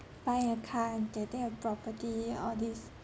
buying a car and getting a property all these